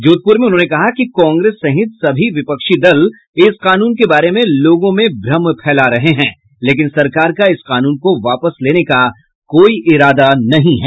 जोधपुर में उन्होंने कहा कि कांग्रेस सहित सभी विपक्षी दल इस कानून के बारे में लोगों में भ्रम फैला रहे हैं लेकिन सरकार का इस कानून को वापस लेने का कोई इरादा नहीं है